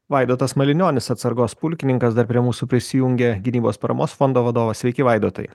vaidotas malinionis atsargos pulkininkas dar prie mūsų prisijungia gynybos paramos fondo vadovas sveiki vaidotai